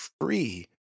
free